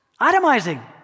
itemizing